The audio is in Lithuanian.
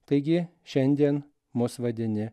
taigi šiandien mus vadini